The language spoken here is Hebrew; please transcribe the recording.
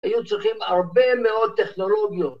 היו צריכים הרבה מאוד טכנולוגיות.